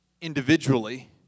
individually